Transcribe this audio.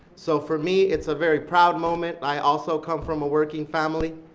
so for me, it's a very proud moment. i also come from a working family.